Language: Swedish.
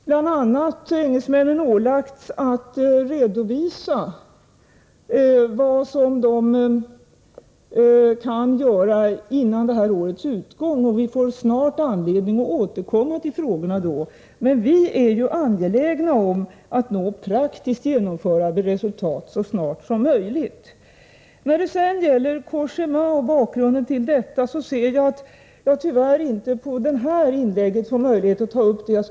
Bl.a. engelsmännen har ålagts att redovisa vad de kan göra före det här årets utgång. Vi får således snart anledning att återkomma till dessa frågor. Vi är angelägna om att nå praktiskt genomförbara resultat så snart som möjligt. När det sedan gäller Cogéma och bakgrunden till vad som hänt i det fallet ser jag att jag i det här inlägget tyvärr inte har möjlighet att ta upp den saken.